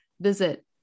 visit